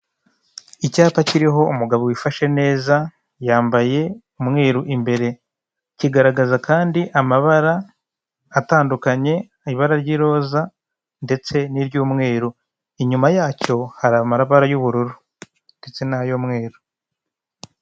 Icyapa kiriho umugabo wifashe neza, yambaye umweru imbere, kigaragaza kandi amabara atandukanye, ibara ry'iroza ndetse niry'umweru, inyuma yacyo hari amabara y'ubururu ndetse n'ay'umweru.